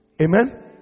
Amen